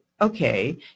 okay